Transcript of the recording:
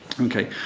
Okay